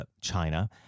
China